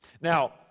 Now